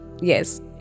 Yes